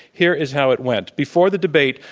here is how it went. before the debate,